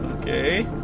Okay